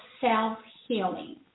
Self-Healing